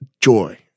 joy